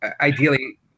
ideally